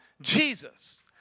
Jesus